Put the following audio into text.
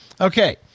Okay